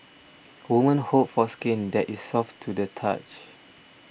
women hope for skin that is soft to the touch